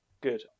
Good